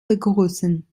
begrüßen